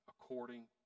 according